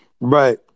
Right